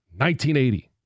1980